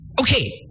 Okay